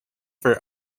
from